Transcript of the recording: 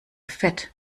fett